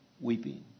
weeping